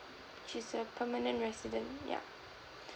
she's a permanent resident yeah